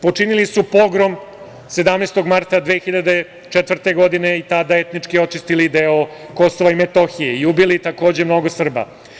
Počinili su pogrom 17. marta 2004. godine i tada etički očistili deo KiM i ubili takođe mnogo Srba.